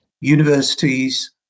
universities